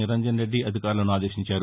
నిరంజన్ రెడ్డి అధికారులను ఆదేశించారు